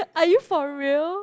are you for real